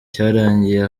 cyarangiye